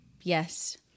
Yes